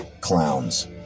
clowns